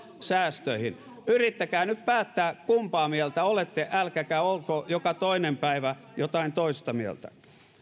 säästöihin yrittäkää nyt päättää kumpaa mieltä olette älkääkä olko joka toinen päivä jotain toista mieltä